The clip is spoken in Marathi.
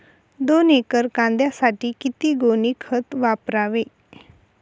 दोन एकर कांद्यासाठी किती गोणी खत वापरावे?